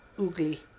oogly